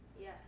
yes